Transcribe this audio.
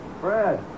Fred